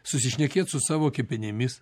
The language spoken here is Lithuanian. susišnekėt su savo kepenimis